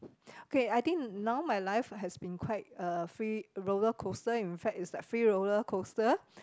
okay I think now my life has been quite a free roller coaster in fact it's like free roller coaster